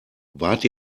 wart